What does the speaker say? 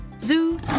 Zoo